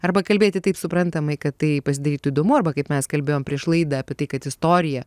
arba kalbėti taip suprantamai kad tai pasidarytų įdomu arba kaip mes kalbėjom prieš laidą apie tai kad istorija